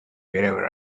wherever